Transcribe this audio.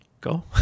go